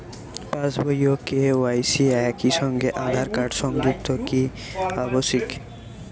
পাশ বই ও কে.ওয়াই.সি একই সঙ্গে আঁধার কার্ড সংযুক্ত কি আবশিক?